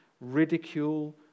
ridicule